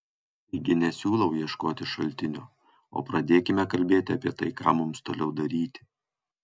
taigi nesiūlau ieškoti šaltinio o pradėkime kalbėti apie tai ką mums toliau daryti